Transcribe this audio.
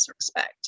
respect